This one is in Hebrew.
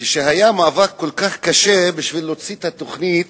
כשהיה מאבק כל כך קשה כדי להוציא את התוכנית